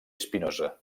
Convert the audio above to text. spinoza